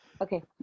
Okay